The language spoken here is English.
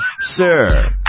Sir